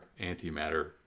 antimatter